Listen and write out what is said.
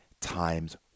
times